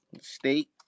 state